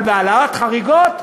אבל בהעלאות חריגות,